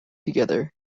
together